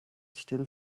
still